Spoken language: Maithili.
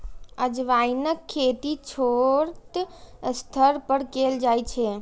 अजवाइनक खेती छोट स्तर पर कैल जाइ छै